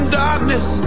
darkness